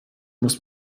muss